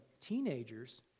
teenagers